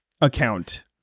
account